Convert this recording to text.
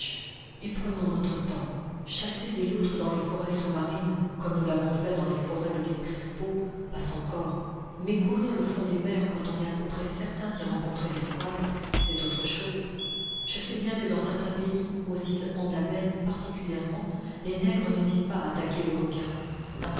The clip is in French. et prenons notre temps chasser des loutres dans les forêts sous-marines comme nous l'avons fait dans les forêts de l'île crespo passe encore mais courir le fond des mers quand on est à peu près certain d'y rencontrer des squales c'est autre chose je sais bien que dans certains pays aux îles andamènes particulièrement les nègres n'hésitent pas à attaquer le requin